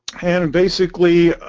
and and basically